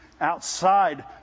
outside